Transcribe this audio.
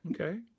Okay